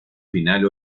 final